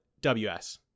ws